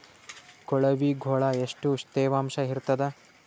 ಕೊಳವಿಗೊಳ ಎಷ್ಟು ತೇವಾಂಶ ಇರ್ತಾದ?